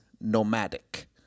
nomadic